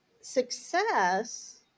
Success